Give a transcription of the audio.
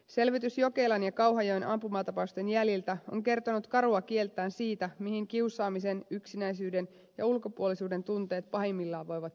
selvitys jokelan ja kauhajoen ampumatapausten jäljiltä on kertonut karua kieltään siitä mihin kiusaaminen sekä yksinäisyyden ja ulkopuolisuuden tunteet pahimmillaan voivat johtaa